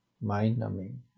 mind-numbing